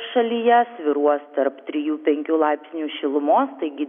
šalyje svyruos tarp trijų penkių laipsnių šilumos taigi